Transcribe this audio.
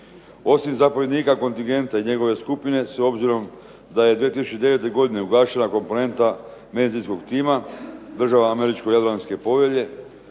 Osim zapovjednika kontingenta i njegove skupine, s obzirom da je 2009. godine ugašena komponenta medicinskog tima državama američko-jadranske povelje,